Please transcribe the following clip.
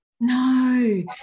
No